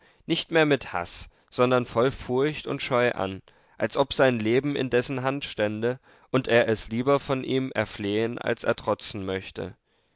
nicht mehr mit haß sondern voll furcht und scheu an als ob sein leben in dessen hand stände und er es lieber von ihm erflehen als ertrotzen möchte